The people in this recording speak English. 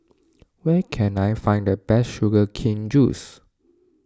where can I find the best Sugar Cane Juice